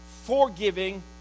Forgiving